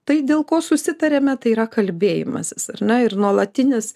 tai dėl ko susitariame tai yra kalbėjimasis ar ne ir nuolatinis